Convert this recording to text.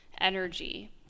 energy